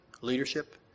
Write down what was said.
leadership